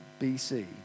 BC